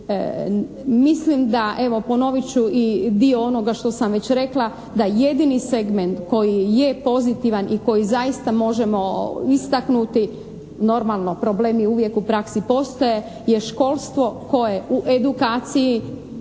Mislim da evo ponovit ću i dio onoga što sam već rekla da jedini segment koji je pozitivan i koji zaista možemo istaknuti, normalno problemi uvijek u praksi postoje, je školstvo koje u edukaciji